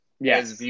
Yes